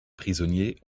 prisonniers